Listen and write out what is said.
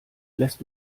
lässt